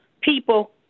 people